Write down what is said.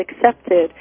accepted